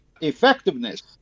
effectiveness